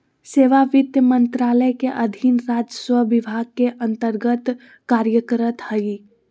सेवा वित्त मंत्रालय के अधीन राजस्व विभाग के अन्तर्गत्त कार्यरत हइ